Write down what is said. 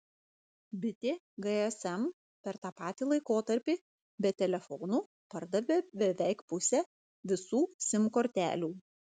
bitė gsm per tą patį laikotarpį be telefonų pardavė beveik pusę visų sim kortelių